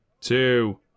two